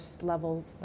level